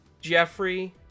Jeffrey